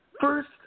first